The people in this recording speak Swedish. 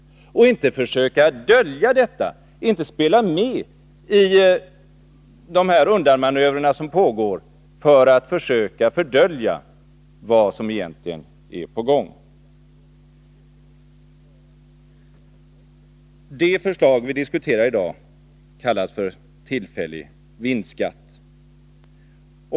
Han skall inte försöka fördölja detta, inte spela med i de undanmanövrer som pågår för att försöka dölja vad som egentligen är på gång. De förslag som vi i dag diskuterar gäller tillfällig vinstskatt.